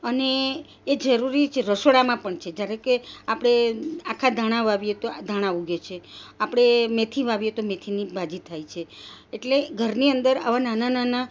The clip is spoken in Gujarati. અને એ જરૂરી જ રસોડામાં પણ છે જ્યારે કે આપણે આખા ધાણા વાવીએ તો આ ધાણા ઊગે છે આપણે મેથી વાવીએ તો મેથીની ભાજી થાય છે એટલે ઘરની અંદર આવા નાના નાના